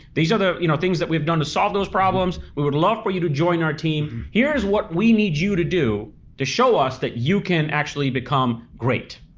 these are the you know things that we've done to solve those problems. we would love for you to join our team. here's what we need you to do to show us that you can actually become great.